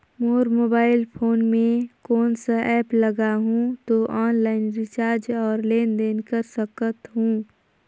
मोर mobile phone मे कोन सा एप्प लगा हूं तो ऑनलाइन रिचार्ज और लेन देन कर सकत हू?